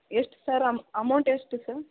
ಎಷ್ಟು sir amount ಎಷ್ಟು sir